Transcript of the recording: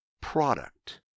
Product